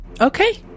Okay